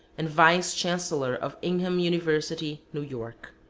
and vice-chancellor of ingham university, new york.